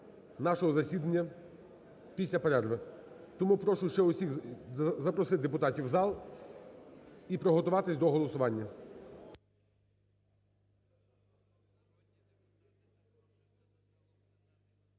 нашого засідання після перерви. Тому прошу всіх запросити депутатів в зал і приготуватись до голосування.